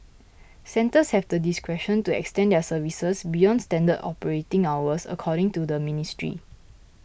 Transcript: centres have the discretion to extend their services beyond standard operating hours according to the ministry